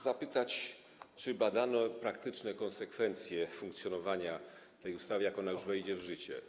zapytać, czy badano praktyczne konsekwencje funkcjonowania tej ustawy, kiedy ona już wejdzie w życie.